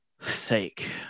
sake